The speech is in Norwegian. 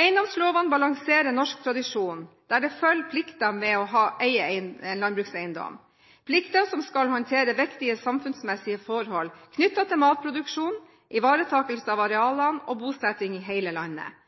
Eiendomslovene balanserer norsk tradisjon, der det følger plikter ved å eie en landbrukseiendom – plikter som skal håndtere viktige samfunnsmessige forhold knyttet til matproduksjon, ivaretakelse av